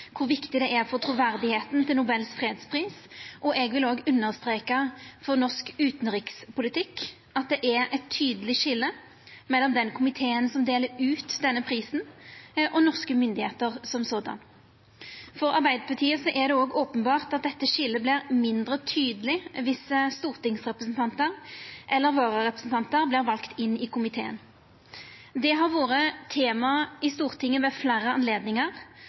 kor viktig det er for truverdet til Nobels fredspris – og eg vil òg understreka: for norsk utanrikspolitikk – at det er eit tydeleg skilje mellom den komiteen som deler ut denne prisen, og norske myndigheiter som slike. For Arbeidarpartiet er det òg openbert at dette skiljet vert mindre tydeleg viss stortingsrepresentantar eller vararepresentantar vert valde inn i komiteen. Det har vore tema i Stortinget ved fleire anledningar,